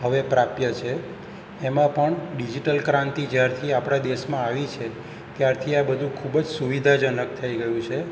હવે પ્રાપ્ય છે એમાં પણ ડિજિટલ ક્રાંતિ જ્યારથી આપણા દેશમાં આવી છે ત્યારથી આ બધું ખૂબ જ સુવિધાજનક થઈ ગયું છે